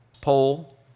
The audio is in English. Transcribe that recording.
poll